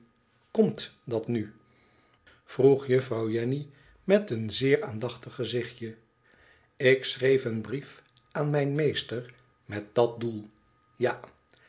komt dat nu vroeg juffrouw jenny met een zeer aandachtig gezichtje tik schreef een brief aan mijn meester met dat doel ja